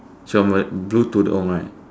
so what blue tudung right